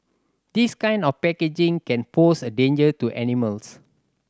this kind of packaging can pose a danger to animals